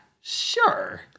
sure